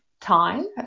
time